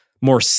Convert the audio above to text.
more